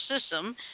system